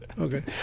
Okay